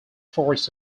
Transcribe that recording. forced